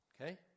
Okay